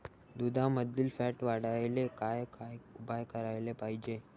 दुधामंदील फॅट वाढवायले काय काय उपाय करायले पाहिजे?